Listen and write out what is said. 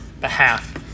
behalf